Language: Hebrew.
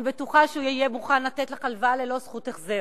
אני בטוחה שהוא יהיה מוכן לתת לך הלוואה ללא זכות החזר.